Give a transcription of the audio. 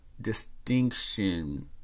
distinction